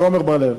ועמר בר-לב.